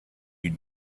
you